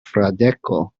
fradeko